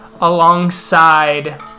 alongside